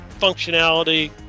functionality